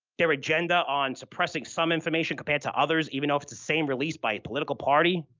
their agenda on suppressing some information compared to others, even though if the same released by political party.